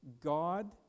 God